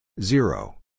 Zero